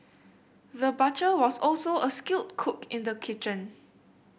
the butcher was also a skilled cook in the kitchen